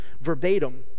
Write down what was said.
verbatim